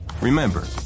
remember